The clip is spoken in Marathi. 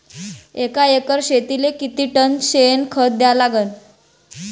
एका एकर शेतीले किती टन शेन खत द्या लागन?